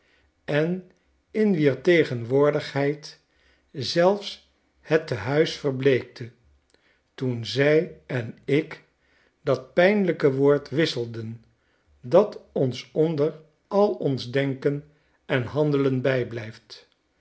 en in wier tegenwoordigheid zelfs het te-huis verbleekte toen zij en ik dat pynlijke woord wisselden dat ons onder al ons denken en handelen bijbujft